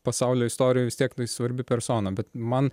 pasaulio istorijoj nu jis svarbi persona bet man